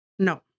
No